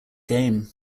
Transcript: game